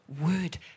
word